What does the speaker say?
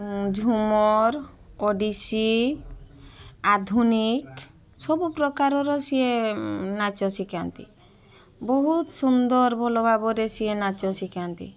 ଝୁମର ଓଡ଼ିଶୀ ଆଧୁନିକ ସବୁ ପ୍ରକାରର ସିଏ ନାଚ ଶିଖାନ୍ତି ବହୁତ ସୁନ୍ଦର ଭଲ ଭାବରେ ସିଏ ନାଚ ଶିଖାନ୍ତି